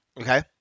Okay